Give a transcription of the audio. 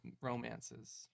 romances